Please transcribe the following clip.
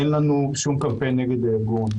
אין לנו שום קמפיין נגד הארגון.